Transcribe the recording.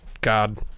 God